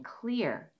clear